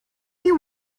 you